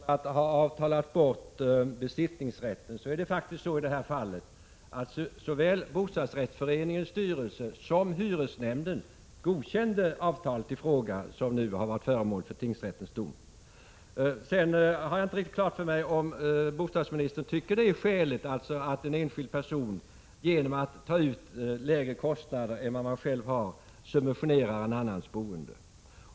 Fru talman! När det gäller att ha avtalat bort besittningsrätten är det faktiskt så i det här fallet att såväl bostadsrättsföreningens styrelse som hyresnämnden godkänt avtalet i fråga som nu har varit föremål för tingsrättens dom. Sedan har jag inte riktigt klart för mig om bostadsministern tycker att det är skäligt att en enskild person genom att ta ut lägre kostnader än vad han själv har subventionerar en annans boende.